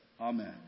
Amen